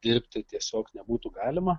dirbti tiesiog nebūtų galima